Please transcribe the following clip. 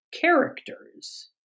characters